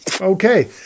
Okay